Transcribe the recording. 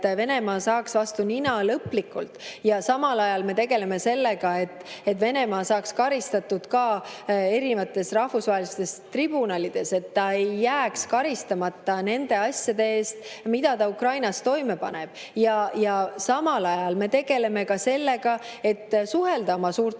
Venemaa saaks vastu nina lõplikult. Ja samal ajal me tegeleme sellega, et Venemaa saaks karistatud ka rahvusvahelistes tribunalides, et ta ei jääks karistamata nende asjade eest, mida ta Ukrainas toime paneb. Ja samal ajal me tegeleme ka sellega, et suhelda oma suurte